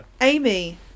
Amy